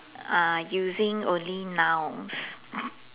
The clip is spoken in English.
uh using only nouns